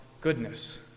goodness